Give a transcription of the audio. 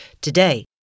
Today